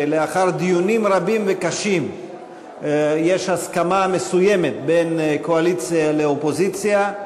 שלאחר דיונים רבים וקשים יש הסכמה מסוימת בין הקואליציה לאופוזיציה.